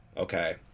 Okay